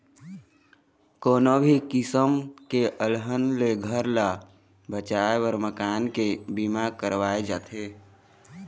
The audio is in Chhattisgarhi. कोनो भी किसम के अलहन ले घर ल बचाए बर मकान के बीमा करवाए जाथे